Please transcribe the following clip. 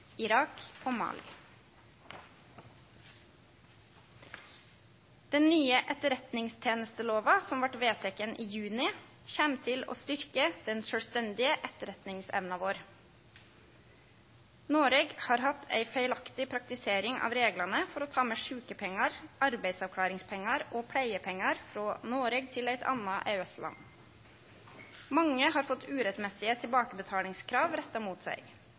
Irak og Mali. Den nye etterretningstenestelova som vart vedteken i juni, kjem til å styrkje den sjølvstendige etterretningsevna vår. Noreg har hatt ei feilaktig praktisering av reglane for å ta med sjukepengar, arbeidsavklaringspengar og pleiepengar frå Noreg til eit anna EØS-land. Mange har fått urettmessige tilbakebetalingskrav retta mot seg,